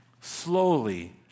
slowly